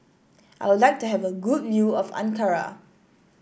I would like to have a good view of Ankara